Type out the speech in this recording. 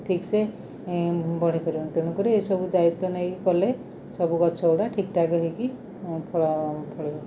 ଠିକ୍ ସେ ବଢି ପାରିବନି ତେଣୁକରି ଏସବୁ ଦାୟିତ୍ଵ ନେଇକି କଲେ ସବୁ ଗଛ ଗୁଡ଼ା ଠିକ୍ ଠାକ୍ ହେଇକି ଫଳ ଫଳିବ